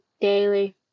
daily